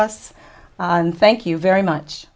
us and thank you very much